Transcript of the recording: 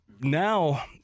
now